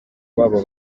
babo